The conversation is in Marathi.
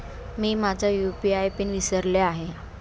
मी माझा यू.पी.आय पिन विसरले आहे